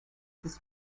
this